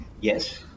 Yes